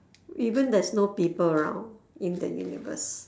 even there's no people around in the universe